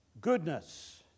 Goodness